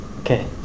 Okay